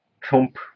Trump